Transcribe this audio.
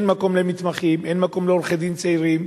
אין מקום למתמחים, אין מקום לעורכי-דין צעירים.